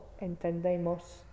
entendemos